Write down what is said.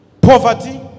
Poverty